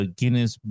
Guinness